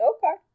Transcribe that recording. Okay